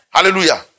hallelujah